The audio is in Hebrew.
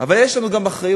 אבל יש לנו גם אחריות